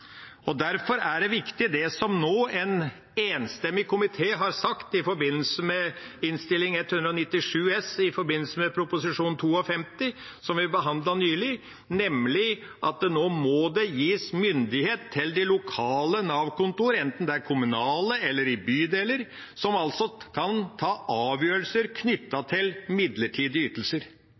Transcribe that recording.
Derfor er det viktig, det en enstemmig komité nå har sagt i forbindelse med Innst. 197 S for 2019–2020 og Prop. 52 S for 2019–2020, som vi behandlet nylig, nemlig at det nå må gis myndighet til de lokale Nav-kontorene, enten de er kommunale eller i bydeler, til å ta avgjørelser knyttet til midlertidige ytelser.